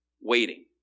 waiting